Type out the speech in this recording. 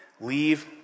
leave